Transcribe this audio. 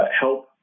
help